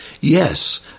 Yes